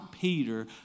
Peter